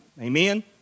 Amen